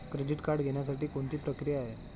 Credit card घेण्यासाठी कोणती प्रक्रिया आहे?